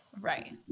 Right